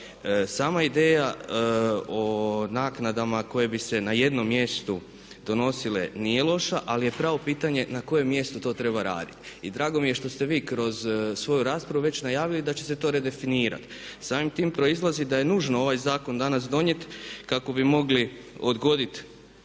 Sama ideja o naknadama koje bi se na jednom mjestu donosile nije loša ali je pravo pitanje na kojem mjestu to treba raditi. I drago mi je što ste vi kroz svoju raspravu već najavili da će se to redefinirati. Samim time proizlazi da je nužno ovaj zakon danas donijeti kako bi mogli odgoditi